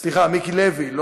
סליחה, מיקי לוי.